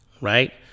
right